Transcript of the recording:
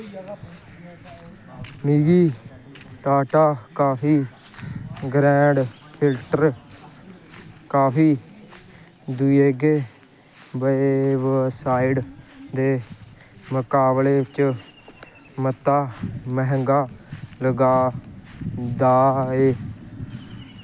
मिगी Tata coffee grand filter coffee दूइयें website दे मकाबले च मता मैंह्गा लग्गा दा ऐ